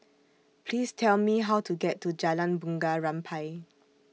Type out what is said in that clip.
Please Tell Me How to get to Jalan Bunga Rampai